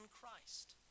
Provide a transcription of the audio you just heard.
Christ